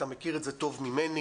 אתה מכיר את זה טוב ממני,